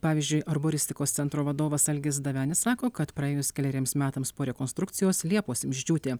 pavyzdžiui arboristikos centro vadovas algis davenis sako kad praėjus keleriems metams po rekonstrukcijos liepos ims džiūti